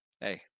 hey